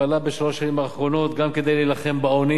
פעלה בשלוש השנים האחרונות גם כדי להילחם בעוני